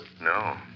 No